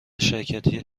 شرکتی